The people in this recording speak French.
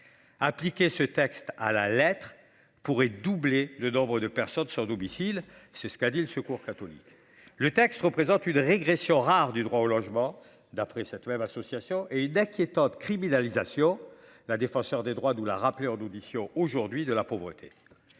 Appliquer ce texte à la lettre pourrait doubler le nombre de personnes sur domicile c'est ce qu'a dit le Secours catholique, le texte représente une régression rare du droit au logement, d'après cette même association et d'inquiétantes criminalisation. La défenseure des droits, d'où la rappeler en audition aujourd'hui de la pauvreté.